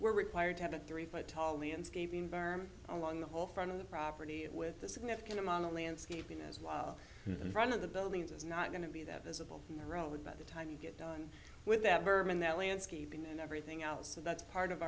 we're required to have a three foot tall ians gave along the whole front of the property with the significant amount of landscaping as well in front of the buildings it's not going to be that visible in the road by the time you get done with that bourbon that landscaping and everything else so that's part of